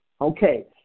Okay